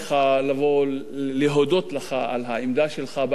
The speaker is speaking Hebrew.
לבוא להודות לך על העמדה שלך בעניין הזה.